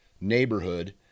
neighborhood